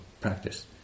practice